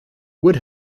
would